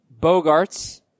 Bogarts